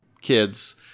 kids